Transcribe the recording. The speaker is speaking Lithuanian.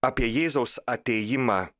apie jėzaus atėjimą